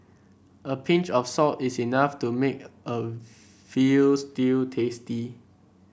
a pinch of salt is enough to make a veal stew tasty